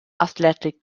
athletic